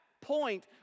point